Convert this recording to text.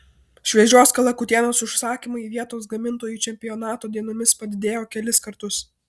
šviežios kalakutienos užsakymai vietos gamintojui čempionato dienomis padidėjo kelis kartus